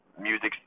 music